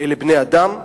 אלה בני-אדם,